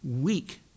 Weak